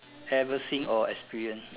ever seen or experienced